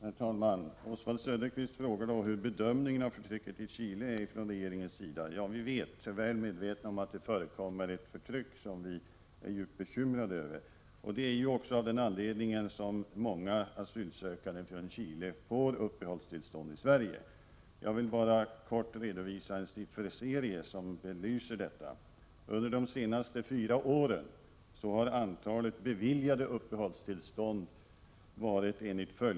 Herr talman! Oswald Söderqvist frågade hur regeringen bedömer förtrycket i Chile. Vi är väl medvetna om att det förekommer ett förtryck, och vi är djupt bekymrade över det. Det är ju också av den anledningen som många asylsökande från Chile får uppehållstillstånd i Sverige. Jag vill bara kort redovisa en sifferserie som belyser detta. Den gäller antalet beviljade uppehållstillstånd under de senaste fyra åren.